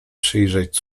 przyjrzeć